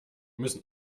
müssen